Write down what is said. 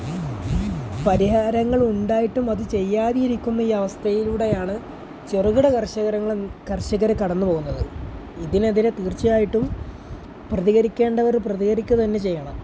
പരിഹാരങ്ങൾ ഉണ്ടായിട്ടും അത് ചെയ്യാതെ ഇരിക്കുന്ന ഈ അവസ്ഥയിലൂടെയാണ് ചെറുകിട കർഷകർ കർഷകർ കടന്നുപോകുന്നത് ഇതിനെതിരെ തീർച്ചയായിട്ടും പ്രതികരിക്കേണ്ടവർ പ്രതികരിക്കുക തന്നെ ചെയ്യണം